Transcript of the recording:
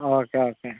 okay okay